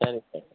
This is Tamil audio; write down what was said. சரி சார்